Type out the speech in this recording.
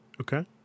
Okay